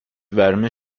verme